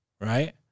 Right